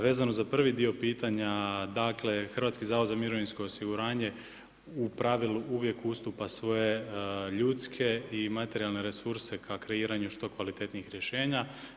Vezano za prvi dio pitanja, dakle Hrvatski zavod za mirovinsko osiguranje u pravilu uvijek ustupa svoje ljudske i materijalne resurse ka kreiranju što kvalitetnijih rješenja.